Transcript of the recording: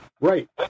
Right